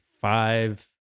five